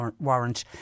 warrant